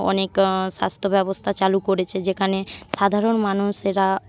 অনেক স্বাস্থ্য ব্যবস্থা চালু করেছে যেখানে সাধারণ মানুষেরা